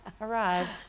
arrived